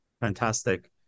Fantastic